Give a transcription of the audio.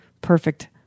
perfect